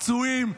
פצועים,